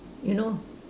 you know